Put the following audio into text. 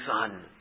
son